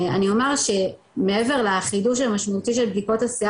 אני אומר שמעבר לחידוש המשמעותי של בדיקות השיער